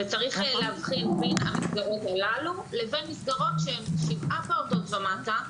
צריך להבחין בין המסגרות הללו לבין מסגרות שהן שבעה פעוטות ומטה,